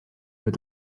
mit